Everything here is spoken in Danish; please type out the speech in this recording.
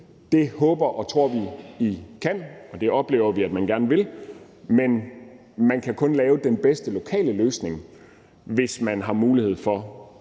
det håber og tror vi at I kan, og det oplever vi at I gerne vil. Men man kan kun lave den bedste lokale løsning, hvis man har mulighed for